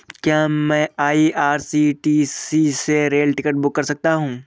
क्या मैं आई.आर.सी.टी.सी से रेल टिकट बुक कर सकता हूँ?